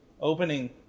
Opening